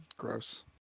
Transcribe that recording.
Gross